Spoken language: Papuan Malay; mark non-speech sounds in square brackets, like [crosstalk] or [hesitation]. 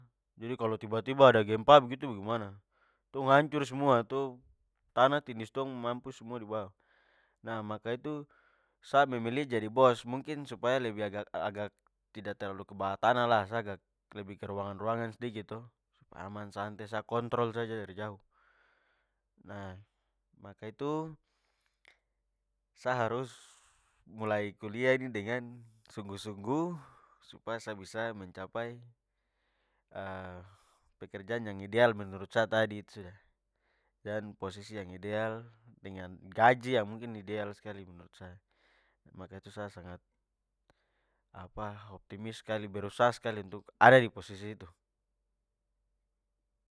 Jadi, kalo tiba-tiba ada gempa begitu bagemana? Tong hancur semua to! Tanah tindis tong mampus semua dibawah. Nah maka itu, sa memilih jadi bos. Mungkin supaya lebih agak-agak tidak terlalu kebawah tanah lah. Sa agak lebih ke ruangan-ruangan sedikit to! Supaya aman, santai, sa kontrol saja dari jauh. Nah maka itu, sa harus mulai kuliah ini dengan sungguh-sungguh supaya sa bisa mencapai [hesitation] pekerjaan yang ideal menurut sa tadi itu sudah. Dan posisi yang ideal dengan gaji yang mungkin ideal skali menurut sa. Maka itu, sa sangat apa optimis skali, berusaha skali untuk ada di posisi itu.